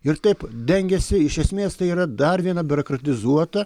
ir taip dengiasi iš esmės tai yra dar viena biurokratizuota